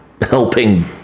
helping